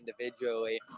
individually